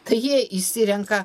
tai jie išsirenka